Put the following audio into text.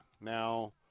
Now